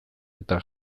eta